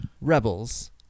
Rebels